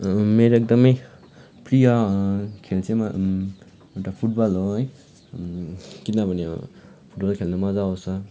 मेरो एकदमै प्रिय खेल चाहिँ म एउटा फुटबल हो है किनभने फुटबल खेल्नु मजा आउँछ